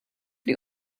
die